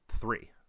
three